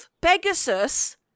Pegasus